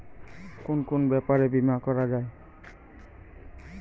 কুন কুন ব্যাপারে বীমা করা যায়?